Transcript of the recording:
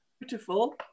beautiful